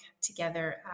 together